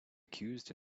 accused